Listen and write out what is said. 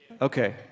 Okay